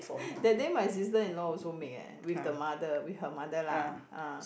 that day my sister in law also make eh with the mother with her mother lah ah